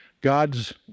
God's